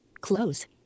close